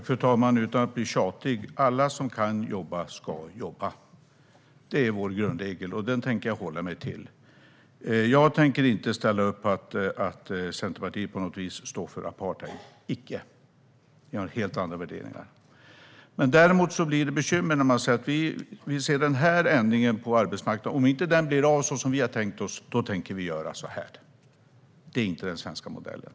Fru talman! Utan att bli tjatig: Alla som kan jobba ska jobba. Det är vår grundregel, och den tänker jag hålla mig till. Jag tänker inte ställa upp på att Centerpartiet på något vis står för apartheid - icke! Jag har helt andra värderingar. Däremot blir det bekymmer när man säger att vi vill se den här ändringen på arbetsmarknaden, och om inte den blir av så som vi har tänkt oss, då tänker vi göra så här. Det är inte den svenska modellen.